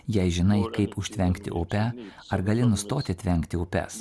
jei žinai kaip užtvenkti upę ar gali nustoti tvenkti upes